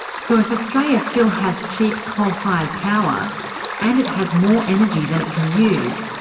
so if australia still has cheap coal-fired power and it has more energy than it can use,